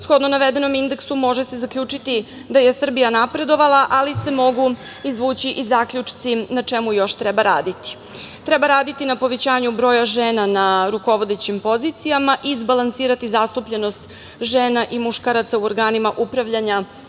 teme. Shodno navedenom indeksu, može se zaključiti da je Srbija napredovala, ali se mogu izvući i zaključci na čemu još treba raditi. Treba raditi na povećanju broja žena na rukovodećim pozicijama, izbalansirati zastupljenost žena i muškaraca u organima upravljanja